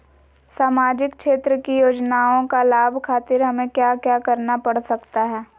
सामाजिक क्षेत्र की योजनाओं का लाभ खातिर हमें क्या क्या करना पड़ सकता है?